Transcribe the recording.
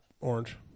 orange